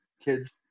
kids